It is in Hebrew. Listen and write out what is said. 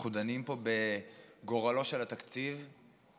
אנחנו דנים פה בגורלו של התקציב כאילו